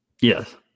Yes